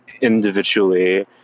individually